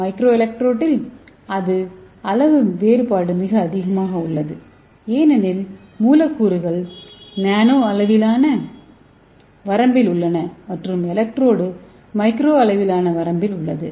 micro எலக்ட்ரோடில் அளவு வேறுபாடு மிக அதிகமாக உள்ளது ஏனெனில் மூலக்கூறுகள் நானோ அளவிலான வரம்பில் உள்ளன மற்றும் எலக்ட்ரோடு மைக்ரோ அளவிலான வரம்பில் உள்ளது